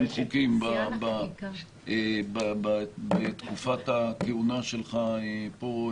-- כמעט 200 חוקים בתקופת הכהונה שלך פה.